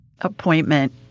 appointment